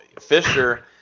Fisher